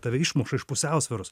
tave išmuša iš pusiausvyros